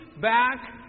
back